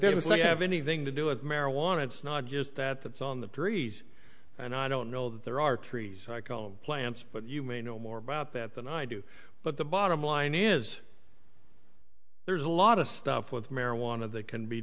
no you have anything to do with marijuana it's not just that it's on the trees and i don't know there are trees i call plants but you may know more about that than i do but the bottom line is there's a lot of stuff with marijuana that can be